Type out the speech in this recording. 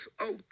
out